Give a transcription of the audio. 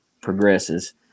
progresses